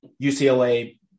UCLA